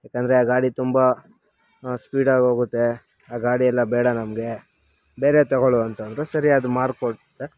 ಯಾಕಂದರೆ ಆ ಗಾಡಿ ತುಂಬ ಸ್ಪೀಡಾಗಿ ಹೋಗುತ್ತೆ ಆ ಗಾಡಿಯೆಲ್ಲ ಬೇಡ ನಮಗೆ ಬೇರೆ ತಗೊಳ್ಳು ಅಂತಂದರು ಸರಿ ಅದು ಮಾರಿಕೊಟ್ಟೆ